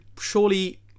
surely